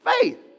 Faith